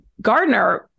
Gardner